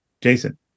Jason